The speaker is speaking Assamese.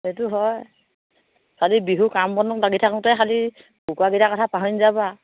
সেইটো হয় খালি বিহু কাম বনত লাগি থাকোঁতে খালি কুকুৰাকেইটা কথা পাহৰি নাযাব আ